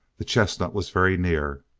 the chestnut was very near.